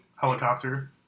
helicopter